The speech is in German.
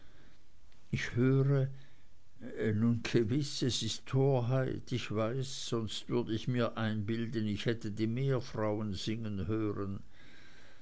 ich höre nun gewiß es ist torheit ich weiß sonst würd ich mir einbilden ich hätte die meerfrauen singen hören